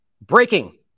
breaking